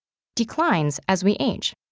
declines as we age.